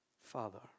Father